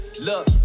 Look